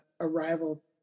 arrival